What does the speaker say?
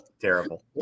terrible